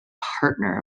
partner